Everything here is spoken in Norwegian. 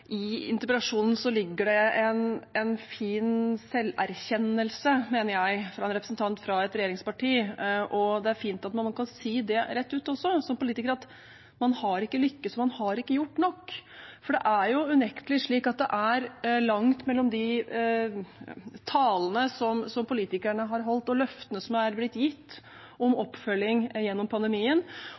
I interpellasjonen ligger det en fin selverkjennelse, mener jeg, fra en representant fra et regjeringsparti, og det er fint at man kan si rett ut som politiker at man har ikke lykkes, man har ikke gjort nok. For det er jo unektelig slik at det er langt mellom de talene som politikerne har holdt, løftene som er blitt gitt om oppfølging gjennom pandemien